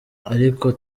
ariko